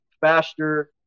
faster